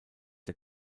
der